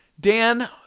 Dan